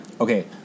Okay